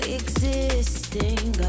existing